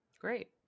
great